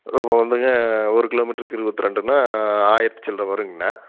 இப்போ வந்துங்க ஒரு கிலோமீட்ருக்கு இருபத்ரெண்டுன்னா ஆயிரத்தி சில்லரை வருங்கண்ணா